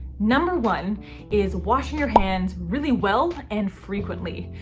number one is washing your hands really well and frequently.